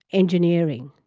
engineering.